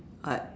what